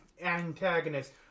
antagonist